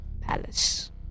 Palace